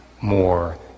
more